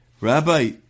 Rabbi